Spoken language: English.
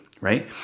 right